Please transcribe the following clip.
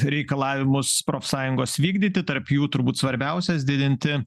reikalavimus profsąjungos vykdyti tarp jų turbūt svarbiausias didinti